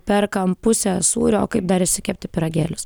perkam pusę sūrio kaip dar išsikepti pyragėlius